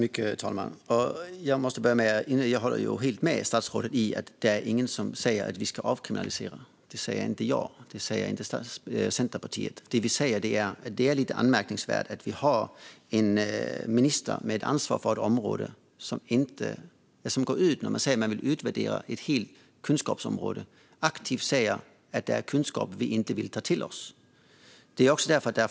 Herr talman! Jag måste börja med att säga att jag håller med statsrådet. Det är ingen som säger att vi ska avkriminalisera. Det säger inte jag, och det säger inte Centerpartiet. Det vi säger är att det när vi talar om att utvärdera ett helt kunskapsområde är lite anmärkningsvärt att den minister som har ansvar för detta område aktivt går ut och säger att det är kunskap man inte vill ta till sig.